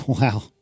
Wow